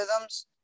algorithms